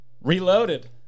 Reloaded